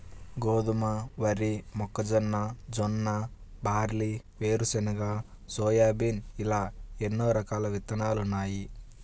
గోధుమ, వరి, మొక్కజొన్న, జొన్న, బార్లీ, వేరుశెనగ, సోయాబీన్ ఇలా ఎన్నో రకాల విత్తనాలున్నాయి